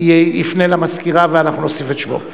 יפנה למזכירה ואנחנו נוסיף את שמו.